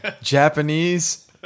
Japanese